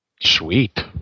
Sweet